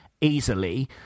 easily